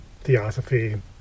theosophy